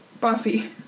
Buffy